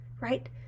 right